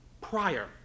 prior